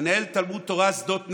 מנהל תלמוד תורה שדות נגב: